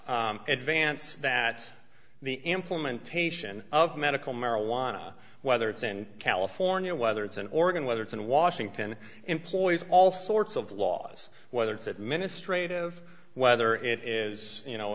advance that the implementation of medical marijuana whether it's in california whether it's an organ whether it's in washington employees all sorts of laws whether it's administrative whether it is you know